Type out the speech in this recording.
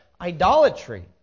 idolatry